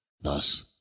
thus